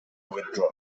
withdraw